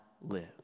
live